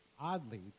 Oddly